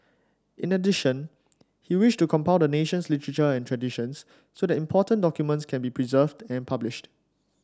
in addition he wished to compile the nation's literature and traditions so that important documents could be preserved and published